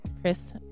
Chris